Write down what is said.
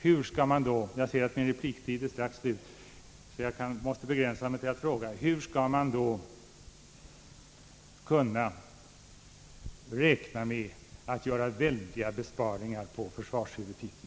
Eftersom min repliktid strax tycks gå ut, måste jag begränsa mig till att fråga: Hur skall man då kunna räkna med att göra stora besparingar under försvarshuvudtiteln?